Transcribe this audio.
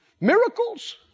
miracles